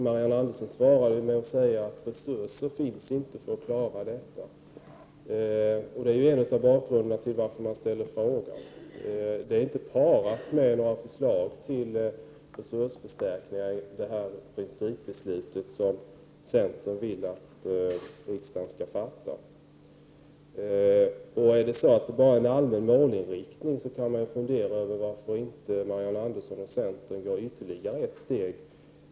Marianne An dersson svarade med att säga att det inte finns resurser för att klara det. Det var en av anledningarna till att jag ställde frågan. Det är inte parat med några förslag till resursförstärkningar i det principbeslut som centern vill att riksdagen skall fatta. Om det bara är en allmän målinriktning, vill jag fråga varför Marianne Andersson och centern inte går ytterligare ett steg.